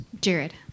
Jared